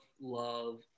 love